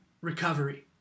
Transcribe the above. recovery